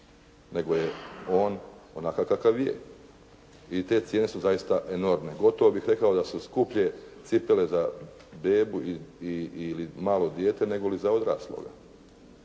nego je on onakav kakav je. I te cijene su zaista enormne, gotovo bih rekao da su skuplje cipele za bebu ili za malo dijete, nego li za odrasloga.